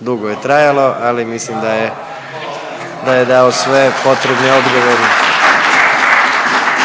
dugo je trajalo, ali mislim da je, da je dao sve potrebne